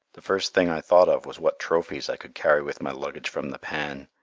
the first thing i thought of was what trophies i could carry with my luggage from the pan,